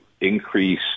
increase